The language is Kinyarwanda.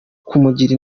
kumugira